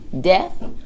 death